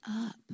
up